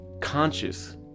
conscious